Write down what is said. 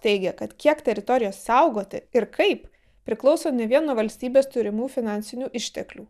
teigia kad kiek teritorijos saugoti ir kaip priklauso ne vien nuo valstybės turimų finansinių išteklių